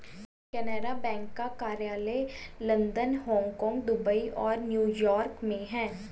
Canara bank का कार्यालय London Hong Kong Dubai और न्यू यॉर्क में है